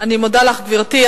אני מודה לך, גברתי.